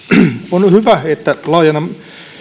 on hyvä että laajennamme